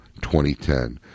2010